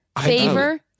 favor